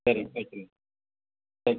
சரிங்க வெச்சுருங்க சரி